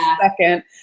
second